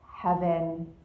heaven